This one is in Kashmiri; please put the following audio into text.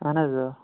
آہَن حظ آ